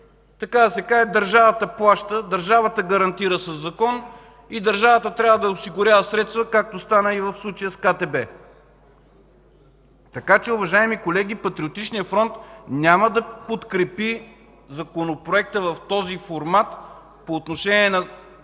така да се каже, държавата плаща, държавата гарантира със закон и държавата трябва да осигурява средства, както стана и в случая с КТБ. Уважаеми колеги, Патриотичният фронт няма да подкрепи Законопроекта в този формат по отношение на